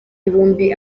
ibihumbi